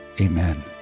amen